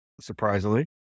surprisingly